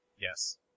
Yes